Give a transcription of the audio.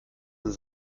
denn